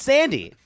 Sandy